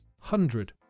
Hundred